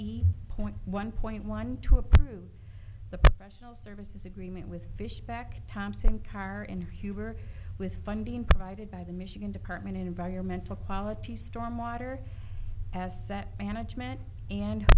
point one point one two approve the professional services agreement with fishback thompson car and huber with funding provided by the michigan department in environmental quality stormwater as management and